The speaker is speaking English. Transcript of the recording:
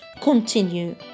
continue